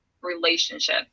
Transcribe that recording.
relationship